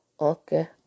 okay